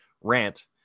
rant